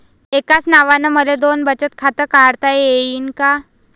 एकाच नावानं मले दोन बचत खातं काढता येईन का?